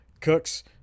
Cooks